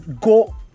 go